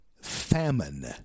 famine